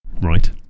Right